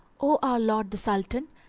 o our lord the sultan,